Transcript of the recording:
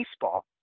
baseball